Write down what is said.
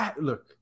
look